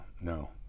no